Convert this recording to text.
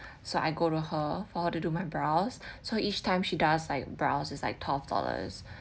so I go to her for her to do my brows so each time she does like brows is like twelve dollars